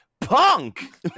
Punk